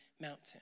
mountain